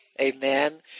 Amen